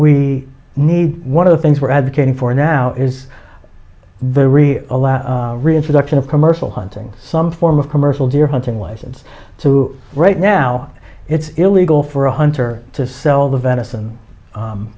we need one of the things we're advocating for now is they really allow reintroduction of commercial hunting some form of commercial deer hunting license to right now it's illegal for a hunter to sell the venison